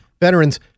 veterans